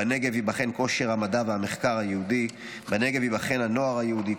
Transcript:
בנגב ייבחן כושר המדע והמחקר היהודי --- בנגב ייבחן הנוער היהודי,